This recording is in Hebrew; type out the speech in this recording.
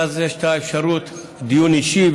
ואז יש אפשרות לדיון אישי,